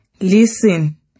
Listen